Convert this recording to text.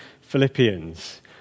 Philippians